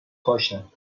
کاشتم